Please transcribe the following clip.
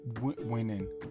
winning